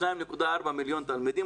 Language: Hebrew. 2.4 מיליון תלמידים,